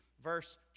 Verse